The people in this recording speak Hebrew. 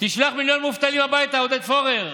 תשלח מיליון מובטלים הביתה, עודד פורר.